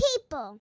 people